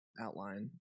outline